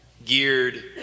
geared